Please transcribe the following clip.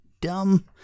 dumb